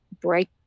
break